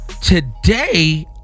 Today